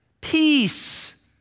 Peace